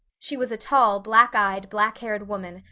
she was a tall black-eyed, black-haired woman,